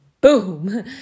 boom